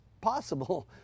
possible